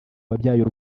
wabyaye